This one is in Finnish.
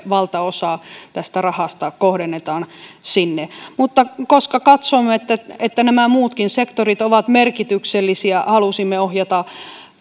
valtaosa tästä rahasta kohdennetaan sinne mutta koska katsomme että että nämä muutkin sektorit ovat merkityksellisiä halusimme omassa mietinnössämme ohjata